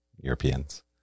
Europeans